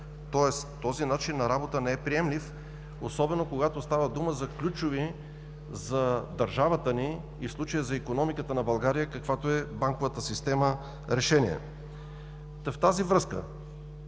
Този начин на работа не е приемлив, особено когато става дума за ключови за държавата ни решения, и в случая за икономиката на България, каквато е банковата система. В тази връзка,